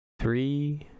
Three